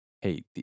hey